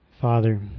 father